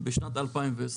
בשנת 2020,